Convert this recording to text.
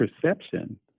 perception